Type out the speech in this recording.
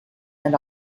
and